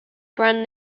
brand